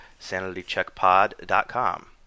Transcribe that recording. sanitycheckpod.com